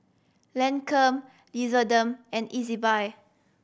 Lancome and Ezbuy